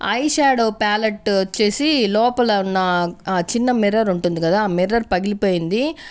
eyeshadow palette వచ్చేసి లోపల ఉన్న చిన్న మిర్రర్ ఉంటుంది కదా ఆ మిర్రర్ పగిలిపోయింది